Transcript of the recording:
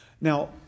Now